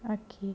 okay